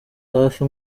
hafi